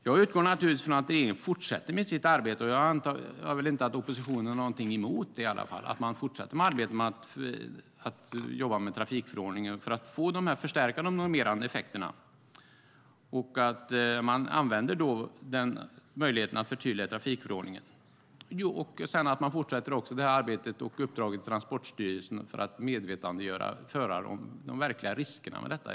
Jag utgår naturligtvis ifrån att regeringen fortsätter med sitt arbete. Jag antar att oppositionen inte har någonting emot att man fortsätter att jobba med trafikförordningen för att få dessa förstärkta och normerande effekter, att man använder möjligheten att förtydliga i trafikförordningen och att man fortsätter arbetet och uppdraget till Transportstyrelsen för att medvetandegöra förare om de verkliga riskerna med detta.